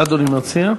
מה אדוני מציע?